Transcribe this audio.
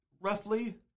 Roughly